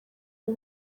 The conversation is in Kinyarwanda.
ubu